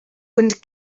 wind